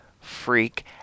freak